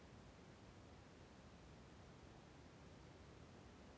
ಸರ್ಕಾರಗಳಿಂದ ಕೊಟ್ಟಿರೊ ರಸಗೊಬ್ಬರ ಬೇಷ್ ಇರುತ್ತವಾ?